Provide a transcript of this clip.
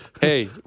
hey